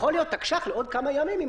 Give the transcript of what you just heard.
יכול להיות תקש"ח לעוד כמה ימים אם